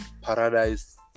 Paradise